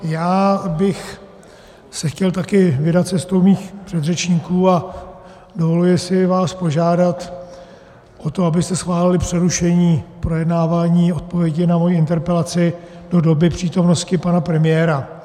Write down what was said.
Já bych se chtěl také vydat cestou mých předřečníků a dovoluji si vás požádat o to, abyste schválili přerušení projednávání odpovědi na moji interpelaci do doby přítomnosti pana premiéra.